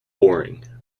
boring